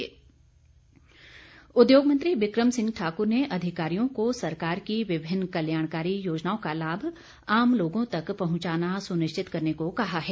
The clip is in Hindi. बिक्रम ठाकुर उद्योग मंत्री बिकम सिंह ठाकुर ने अधिकारियों को सरकार की विभिन्न कल्याणकारी योजनाओं का लाभ आम लोगों तक पहुंचाना सुनिश्चित करने को कहा है